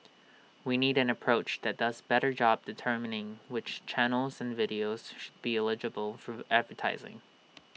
we need an approach that does better job determining which channels and videos should be eligible for advertising